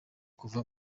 kuva